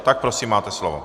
Tak prosím, máte slovo.